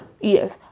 Yes